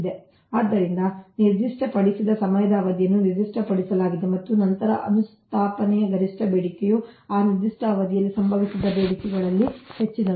ಆದ್ದರಿಂದ ನಿರ್ದಿಷ್ಟಪಡಿಸಿದ ಸಮಯದ ಅವಧಿಯನ್ನು ನಿರ್ದಿಷ್ಟಪಡಿಸಲಾಗಿದೆ ಮತ್ತು ನಂತರ ಅನುಸ್ಥಾಪನೆಯ ಗರಿಷ್ಠ ಬೇಡಿಕೆಯು ಆ ನಿರ್ದಿಷ್ಟ ಅವಧಿಯಲ್ಲಿ ಸಂಭವಿಸಿದ ಬೇಡಿಕೆಗಳಲ್ಲಿ ಹೆಚ್ಚಿನದು